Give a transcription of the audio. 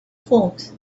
folks